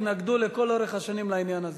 כל הממשלות התנגדו לכל אורך השנים לעניין הזה.